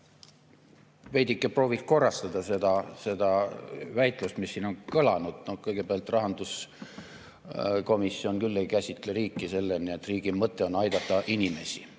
veidike prooviks korrastada seda väitlust, mis siin on kõlanud. Kõigepealt, rahanduskomisjon küll ei käsitle riiki sellisena, et riigi mõte on aidata inimesi.